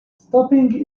stopping